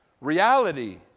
Reality